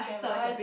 famous